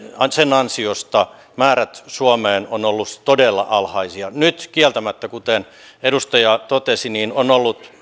ansiosta määrät suomeen ovat olleet todella alhaisia nyt kieltämättä kuten edustaja totesi on ollut